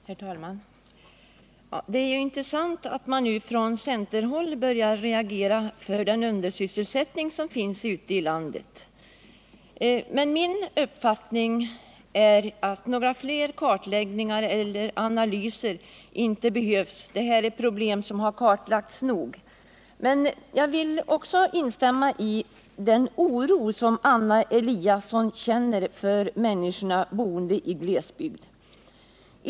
Herr talman! Det är intressant att man nu på centerhåll börjar reagera för den undersysselsättning som finns ute i landet. Men min uppfattning är att några fler kartläggningar eller analyser inte behövs — de här problemen är kartlagda nog. Jag delar den oro som Anna Eliasson känner för människorna i glesbygden.